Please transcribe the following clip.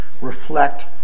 reflect